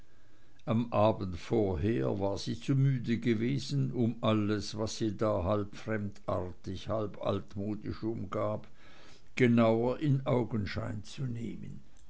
am abend vorher war sie zu müde gewesen um alles was sie da halb fremdartig halb altmodisch umgab genauer in augenschein zu nehmen